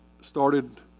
started